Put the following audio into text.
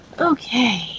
Okay